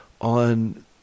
on